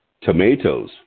tomatoes